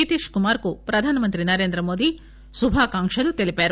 నితిక్ కుమార్ కు ప్రధానమంత్రి నరేంద్రమోదీ శుభాకాంక్షలు తెలిపారు